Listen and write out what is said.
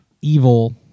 evil